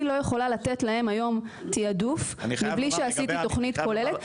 אני לא יכולה לתת להם היום תעדוף בלי שעשיתי תוכנית כוללת.